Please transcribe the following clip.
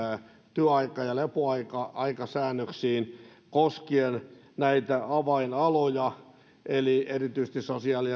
työaika ja lepoaikasäännöksiin koskien näitä avainaloja eli erityisesti sosiaali